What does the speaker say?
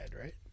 right